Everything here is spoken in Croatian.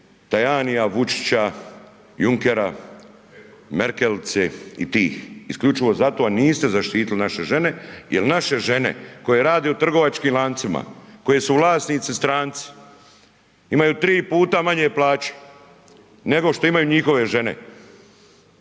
Tajanija, Vučića, Junkera, Merkelice i tih, isključivo zato niste zaštitili naše žene jel naše žene koje rade u trgovačkim lancima, koje su vlasnici stranci, imaju tri puta manje plaće nego što imaju njihove žene,